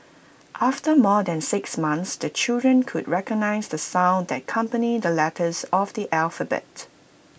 after more than six months the children could recognise the sounds that accompany the letters of the alphabet